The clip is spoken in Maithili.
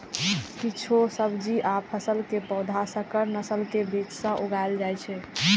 किछु सब्जी आ फसल के पौधा संकर नस्ल के बीज सं उगाएल जाइ छै